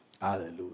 Hallelujah